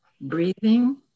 breathing